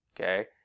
okay